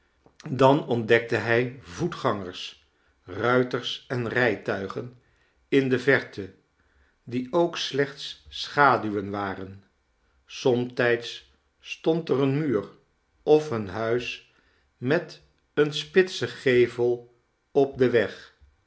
dan ontdekte hij voetgangers ruiters en rijtuigen in de verte die ook slechts schaduwen waren somtijds stond er een muur of een huis met een spitsen gevel op den weg